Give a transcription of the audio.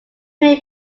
may